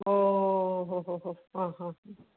ഓഹ് ഓഹ് ഹോ ഹോ ഹോ ഹാ ഹാ